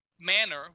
manner